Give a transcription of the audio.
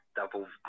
double